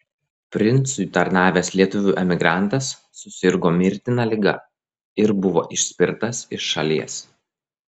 princui tarnavęs lietuvių emigrantas susirgo mirtina liga ir buvo išspirtas iš šalies